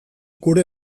gure